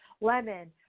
lemon